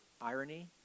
irony